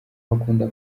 bakunda